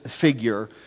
figure